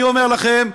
אני אומר לכם,